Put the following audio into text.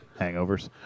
Hangovers